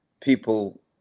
people